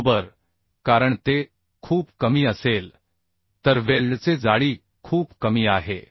बरोबर कारण ते खूप कमी असेल तर वेल्डचे जाडी खूप कमी आहे